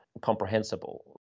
comprehensible